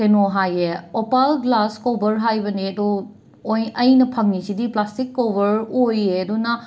ꯀꯩꯅꯣ ꯍꯥꯏꯌꯦ opal glass cover ꯍꯥꯏꯕꯅꯦ ꯑꯗꯣ ꯑꯣꯏ ꯑꯩꯅ ꯐꯪꯉꯤꯁꯤꯗꯤ ꯄ꯭ꯂꯥꯁꯇꯤꯛ ꯀꯣꯕꯔ ꯑꯣꯏꯌꯦ ꯑꯗꯨꯅ